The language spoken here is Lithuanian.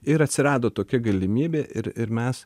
ir atsirado tokia galimybė ir ir mes